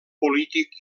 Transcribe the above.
polític